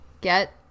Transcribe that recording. Get